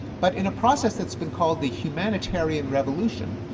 but in a process that's been called the humanitarian revolution,